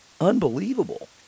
unbelievable